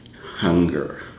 hunger